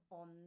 on